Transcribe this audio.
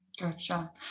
Gotcha